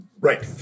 Right